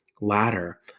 ladder